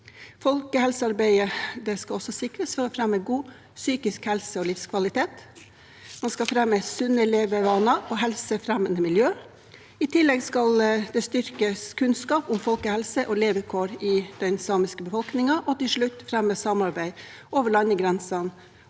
Folkehelsearbeidet skal også sikres for å fremme god psykisk helse og livskvalitet. Man skal fremme sunne levevaner og helsefremmende miljø. I tillegg skal kunnskap om folkehelse og levekår i den samiske befolkningen styrkes, og til slutt skal samarbeid over landegrensene